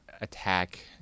attack